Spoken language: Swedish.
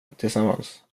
tillsammans